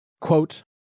Quote